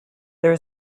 there